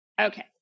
okay